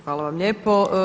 Hvala vam lijepo.